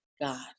God